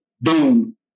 Boom